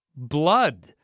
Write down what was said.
Blood